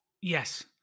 Yes